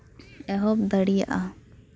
ᱮᱦᱚᱵ ᱫᱟᱲᱮᱭᱟᱜᱼᱟ